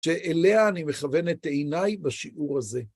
שאליה אני מכוון את עיניי בשיעור הזה.